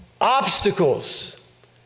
obstacles